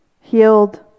healed